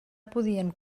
podien